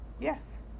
Yes